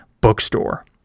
Bookstore